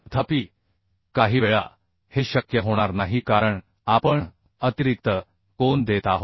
तथापि काहीवेळा हे शक्य होणार नाही कारण आपण अतिरिक्त कोन देत आहोत